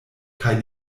kaj